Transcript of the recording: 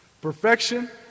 Perfection